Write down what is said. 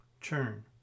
Churn